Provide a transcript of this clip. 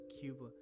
cuba